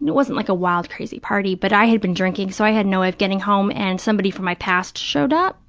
and it wasn't like a wild, crazy party, but i had been drinking so i had no way of getting home and somebody from my past showed up